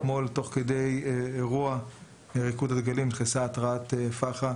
אתמול תוך כדי אירוע ריקוד הדגלים נכנסה התרעת פח"ע